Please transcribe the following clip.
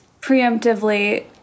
preemptively